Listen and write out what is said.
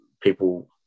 people